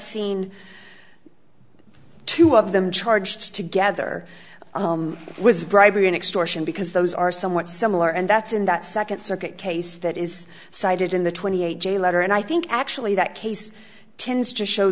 seen two of them charged together was bribery an extortion because those are somewhat similar and that's in the second circuit case that is cited in the twenty eight day letter and i think actually that case tends to show